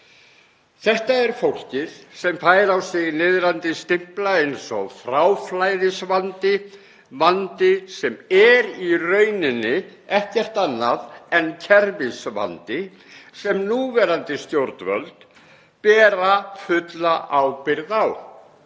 Þetta er fólkið sem fær á sig niðrandi stimpla eins og fráflæðisvandi; vandi sem er í rauninni ekkert annað en kerfisvandi sem núverandi stjórnvöld bera fulla ábyrgð á